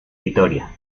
vitoria